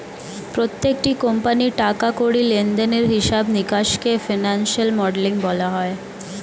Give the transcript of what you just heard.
প্রত্যেকটি কোম্পানির টাকা কড়ি লেনদেনের হিসাব নিকাশকে ফিনান্সিয়াল মডেলিং বলা হয়